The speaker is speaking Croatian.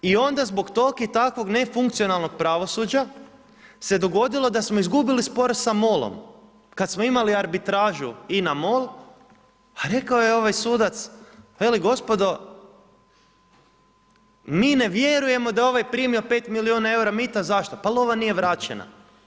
I onda zbog tog i takvog nefunkcionalnog pravosuđa se dogodilo da smo izgubili spor sa MOL-om kad smo imali arbitražu INA-MOL, a rekao je ovaj sudac veli gospodo, mi ne vjerujemo da je ovaj primio 5 milijuna eura, zašto, pa lova nije vraćena.